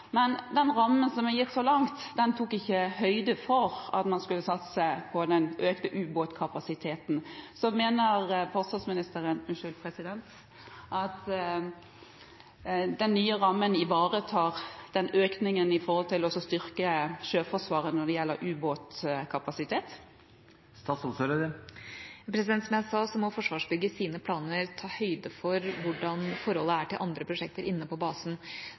men den rammen som er gitt så langt, tok ikke høyde for at man skulle satse på økt ubåtkapasitet. Mener forsvarsministeren at den nye rammen ivaretar økningen med tanke på å styrke Sjøforsvaret når det gjelder ubåtkapasitet? Som jeg sa, må Forsvarsbygg i sine planer ta høyde for hvordan forholdet er til andre prosjekter inne på basen.